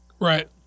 Right